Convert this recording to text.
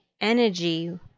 energy